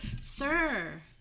sir